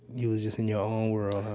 you was just in your own world,